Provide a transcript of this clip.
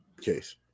case